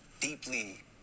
deeply